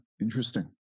interesting